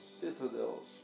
citadels